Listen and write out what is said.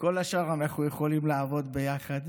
בכל השאר אנחנו יכולים לעבוד ביחד.